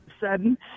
Sudden